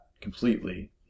completely